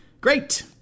Great